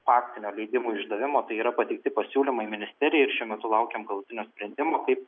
faktinio leidimų išdavimo tai yra pateikti pasiūlymai ministerijai ir šiuo metu laukiam galutinio sprendimo kaip